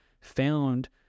found